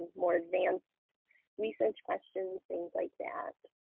more advanced research questions, things like that.